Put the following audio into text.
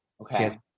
Okay